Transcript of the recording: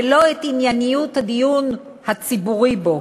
ולא את ענייניות הדיון הציבורי בו.